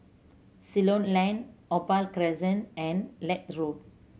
Ceylon Lane Opal Crescent and Leith Road